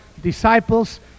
disciples